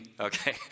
okay